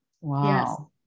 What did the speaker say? wow